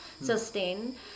sustain